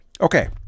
okay